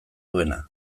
duena